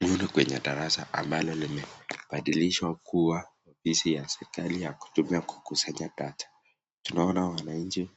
Huku ni kwenye darasa ambalo limebadilishwa kuwa ofisi ya serikali ya kutumia kukusanya data , tunaona wananchi